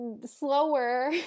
slower